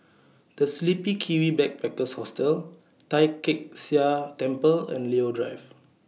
The Sleepy Kiwi Backpackers Hostel Tai Kak Seah Temple and Leo Drive